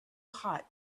hot